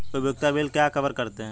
उपयोगिता बिल क्या कवर करते हैं?